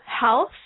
health